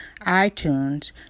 iTunes